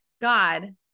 God